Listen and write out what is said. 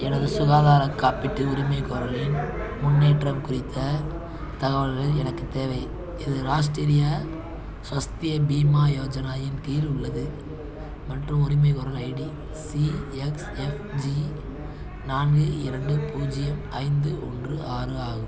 எனது சுகாதார காப்பீட்டு உரிமைகோரலின் முன்னேற்றம் குறித்த தகவல்கள் எனக்கு தேவை இது ராஷ்டிரிய ஸ்வஸ்திய பீமா யோஜனா இன் கீழ் உள்ளது மற்றும் உரிமைகோரல் ஐடி சிஎக்ஸ்எஃப்ஜி நான்கு இரண்டு பூஜ்ஜியம் ஐந்து ஒன்று ஆறு ஆகும்